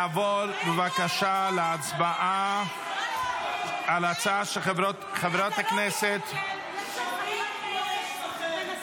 נעבור בבקשה להצבעה על ההצעה של חברות הכנסת --- אתה לא מסתכל.